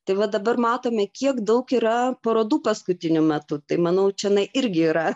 tai va dabar matome kiek daug yra parodų paskutiniu metu tai manau čionai irgi yra